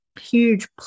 huge